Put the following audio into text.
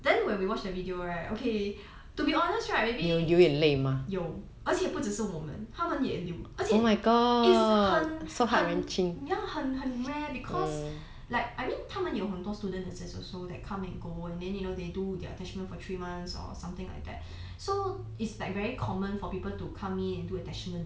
then when we watch the video right okay to be honest right maybe 有而且不只是我们他们也流 ya 很很很 rare because like I mean 他们有很多 student nurses also that come and go and then you know they do their attachment for three months or something like that so it's like very common for people to come in and do attachment